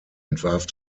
entwarf